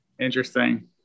interesting